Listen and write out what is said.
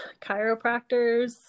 chiropractors